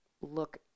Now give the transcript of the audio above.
look